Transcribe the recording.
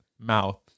mouth